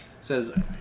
Says